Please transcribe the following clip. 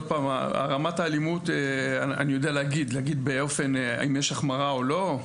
רמת האלימות - אני יודע להגיד אם יש החמרה או לא?